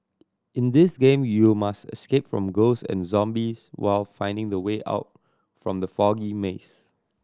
in this game you must escape from ghosts and zombies while finding the way out from the foggy maze